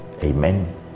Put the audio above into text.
Amen